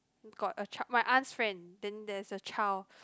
got a chi~ my aunt's friend then there's a child